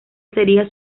seria